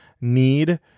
need